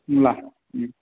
मुला